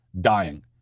dying